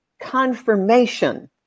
confirmation